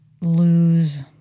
lose